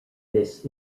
this